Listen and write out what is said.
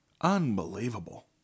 Unbelievable